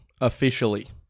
officially